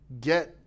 get